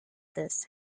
this